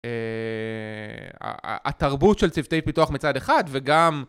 התרבות של צוותי פיתוח מצד אחד וגם